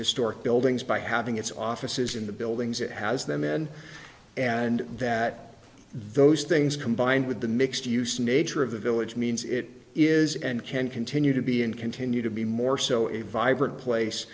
historic buildings by having its offices in the buildings it has them in and that those things combined with the mixed use nature of the village means it is and can continue to be and continue to be more so a vibrant place